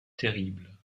terrible